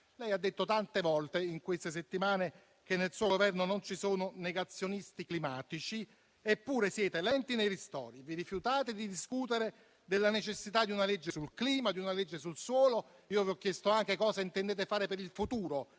ha detto tante volte in queste settimane che nel suo Governo non ci sono negazionisti climatici. Eppure, siete lenti nei ristori e vi rifiutate di discutere della necessità di una legge sul clima e di una legge sul suolo. Vi ho chiesto anche cosa intendete fare per il futuro,